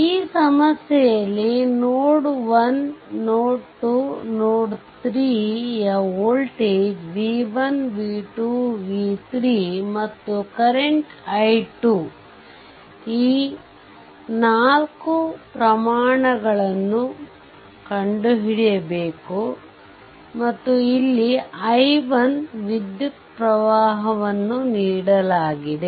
ಈ ಸಮಸ್ಯೆಯಲ್ಲಿ ನೋಡ್ 1ನೋಡ್ 2ನೋಡ್ 3 ಯ ವೋಲ್ಟೇಜ್ v1 v2 v3 ಮತ್ತು ಕರೆಂಟ್ i2 ಈ 4 ಪ್ರಮಾಣಗಳನ್ನು ಅನ್ನು ಕಂಡುಹಿಡಿಯಬೇಕು ಮತ್ತು ಇಲ್ಲಿ i1 ವಿದ್ಯುತ್ ಪ್ರವಾಹವನ್ನು ನೀಡಲಾಗಿದೆ